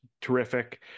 terrific